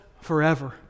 forever